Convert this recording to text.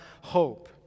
hope